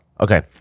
okay